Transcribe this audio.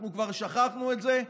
אנחנו כבר שכחנו את זה.